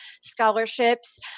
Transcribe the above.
scholarships